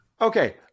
Okay